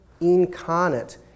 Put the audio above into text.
incarnate